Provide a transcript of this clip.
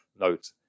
note